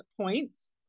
points